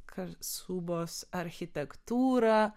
kasubos architektūrą